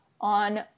on